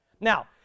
Now